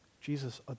Jesus